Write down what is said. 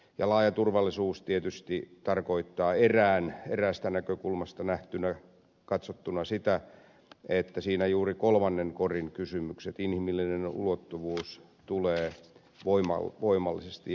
ja laaja turvallisuus tietysti tarkoittaa eräästä näkökulmasta katsottuna sitä että siinä juuri kolmannen korin kysymykset inhimillinen ulottuvuus tulevat voimallisesti esille